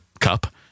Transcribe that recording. cup